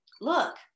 Look